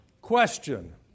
question